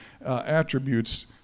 attributes